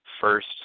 first